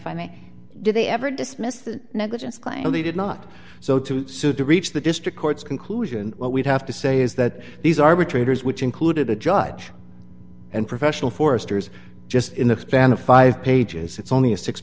may did they ever dismiss the negligence claim they did not so to sue to reach the district court's conclusion what we'd have to say is that these arbitrators which included a judge and professional foresters just in the span of five pages it's only a six